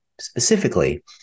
specifically